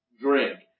drink